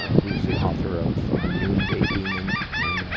who is the author of noonday demon and, ah,